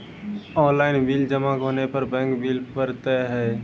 Online bill जमा होने पर बैंक बिल पड़तैत हैं?